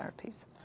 therapies